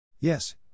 Yes